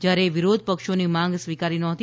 જ્યારે વિરોધ પક્ષોની માંગ સ્વીકારી નહતી